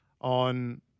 on